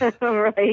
Right